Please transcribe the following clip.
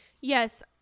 Yes